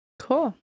Cool